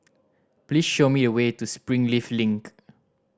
please show me the way to Springleaf Link